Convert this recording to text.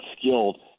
skilled